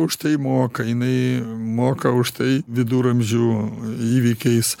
už tai moka jinai moka už tai viduramžių įvykiais